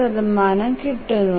2 കിട്ടുന്നു